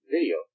Video